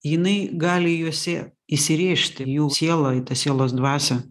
jinai gali jose įsirėžti jų sieloj ta sielos dvasia